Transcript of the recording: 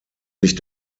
sich